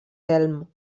elm